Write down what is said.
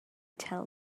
tell